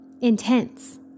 intense